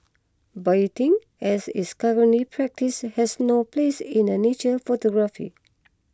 baiting as it's currently practised has no place in a nature photography